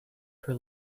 her